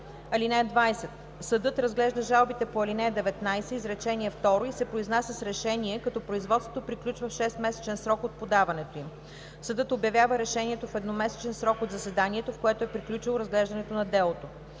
20: „(20) Съдът разглежда жалбите по ал. 19, изречение второ, и се произнася с решение, като производството приключва в 6-месечен срок от подаването им. Съдът обявява решението в едномесечен срок от заседанието, в което е приключило разглеждането на делото.“